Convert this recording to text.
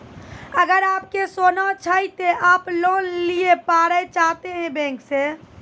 अगर आप के सोना छै ते आप लोन लिए पारे चाहते हैं बैंक से?